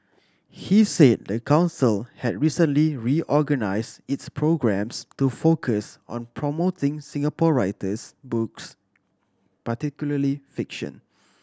he said the council has recently reorganised its programmes to focus on promoting Singapore writers books particularly fiction